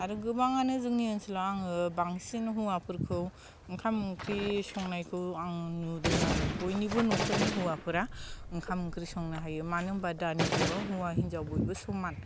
आरो गोबाङानो जोंनि ओनसोलाव आङो बांसिन हौवाफोरखौ ओंखाम ओंख्रि संनायखौ आं नुदों आरो बयनिबो न'खरनि हौवाफोरा ओंखाम ओंख्रि संनो हायो मानो होमब्ला दानि जुगाव हौवा हिनजाव बयबो समान